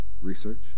research